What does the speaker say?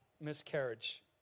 miscarriage